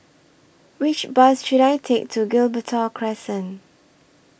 Which Bus should I Take to Gibraltar Crescent